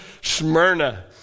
Smyrna